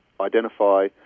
identify